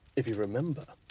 if you remember,